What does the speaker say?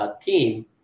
team